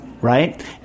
Right